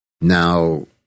Now